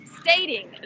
stating